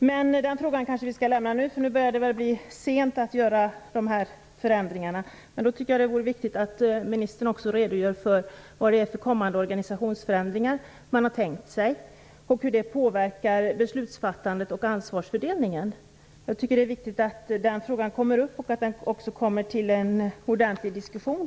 Men den frågan kanske vi skall lämna nu, för nu börjar det väl blir sent att genomföra dessa förändringar. Men då är det viktigt att ministern också redogör vad man har tänkt sig för kommande organisationsförändringar och hur de kommer att påverka beslutsfattandet och ansvarsfördelningen. Det är viktigt att den frågan tas upp och att den också leder till en ordentlig diskussion.